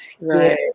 Right